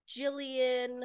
Jillian